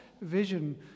vision